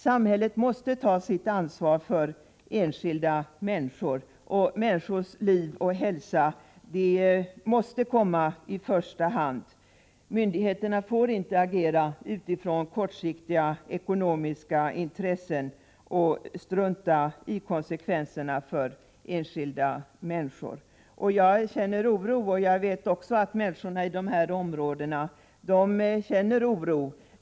Samhället måste ta sitt ansvar för de enskilda människorna, och människors liv och hälsa måste komma i första hand. Myndigheterna får inte agera utifrån kortsiktiga ekonomiska intressen och strunta i konsekvenserna för enskilda människor. Jag känner oro och, jag vet att människorna i de här områdena också känner oro.